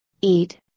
eat